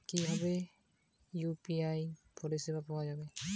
কিভাবে ইউ.পি.আই পরিসেবা পাওয়া য়ায়?